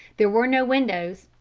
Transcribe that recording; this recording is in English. there were no windows,